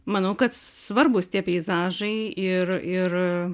manau kad svarbūs tie peizažai ir ir